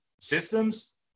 systems